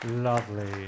Lovely